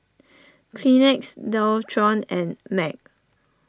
Kleenex Dualtron and Mag